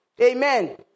Amen